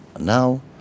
Now